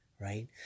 right